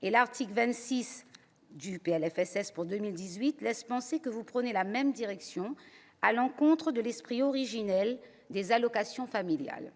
L'article 26 du PLFSS pour 2018 laisse à penser que vous prenez la même direction, allant ainsi à l'encontre de l'esprit originel des allocations familiales.